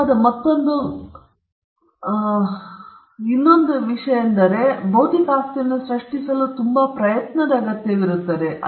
ಸಾಮಾನ್ಯವಾದ ಮತ್ತೊಂದು ಲಕ್ಷಣವೆಂದರೆ ಆದರೆ ಇದು ಒಂದು ಲಕ್ಷಣವಾಗಿದೆ ಇದು ಬೌದ್ಧಿಕ ಆಸ್ತಿಯನ್ನು ಸೃಷ್ಟಿಸುವ ಪ್ರಯತ್ನದ ಅಗತ್ಯವಿರುತ್ತದೆ